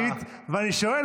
אני משתמש בקרדיט ואני שואל,